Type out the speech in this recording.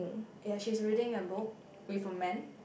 ya she's reading a book with a man